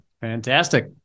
Fantastic